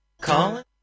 call